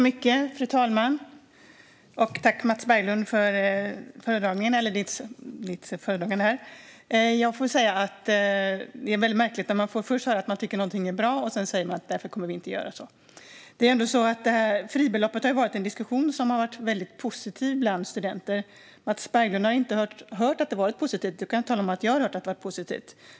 Fru talman! Tack, Mats Berglund, för ditt inlägg! Jag får säga att det är väldigt märkligt när vi först får höra att man tycker att någonting är bra, och sedan säger man att därför kommer man inte att göra så. Det är ändå så att diskussionen om fribeloppet har varit väldigt positiv bland studenter. Mats Berglund har inte hört att det har varit positivt; då kan jag tala om att jag har hört att det är positivt.